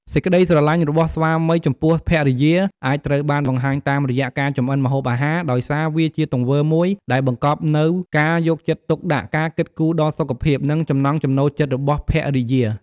សេចក្ដីស្រឡាញ់របស់ស្វាមីចំពោះភរិយា អាចត្រូវបានបង្ហាញតាមរយៈការចម្អិនម្ហូបអាហារ ដោយសារវាជាទង្វើមួយដែលបង្កប់នូវការយកចិត្តទុកដាក់ ការគិតគូរដល់សុខភាព និងចំណង់ចំណូលចិត្តរបស់ភរិយា។